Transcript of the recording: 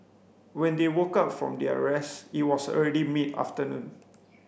when they woke up from their rest it was already mid afternoon